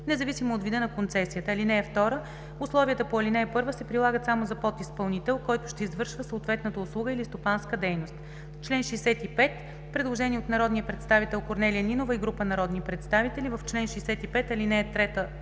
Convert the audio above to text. независимо от вида на концесията. (2) Условията по ал. 1 се прилагат само за подизпълнител, който ще извършва съответната услуга или стопанска дейност.“ По чл. 65 има предложение от народния представител Корнелия Нинова и група народни представители: „В чл. 65 ал. 3